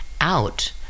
out